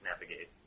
navigate